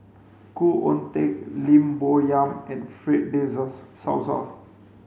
Khoo Oon Teik Lim Bo Yam and Fred de Souza